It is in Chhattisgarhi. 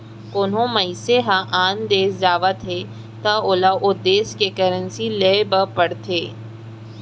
कोना मनसे ह आन देस जावत हे त ओला ओ देस के करेंसी लेय बर पड़थे